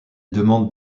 demande